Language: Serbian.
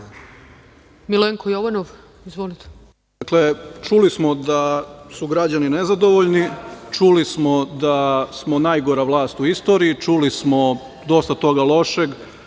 **Milenko Jovanov** Dakle, čuli smo da su građani nezadovoljni, čuli smo da smo najgora vlast u istoriji, čuli smo dosta toga lošeg.